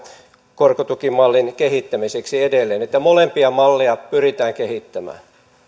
korkotukimallin kehittämiseksi edelleen että molempia malleja pyritään kehittämään